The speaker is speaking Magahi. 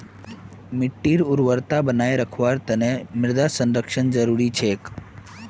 मिट्टीर उर्वरता बनई रखवार तना मृदा संरक्षण जरुरी छेक